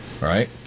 right